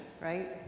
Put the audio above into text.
right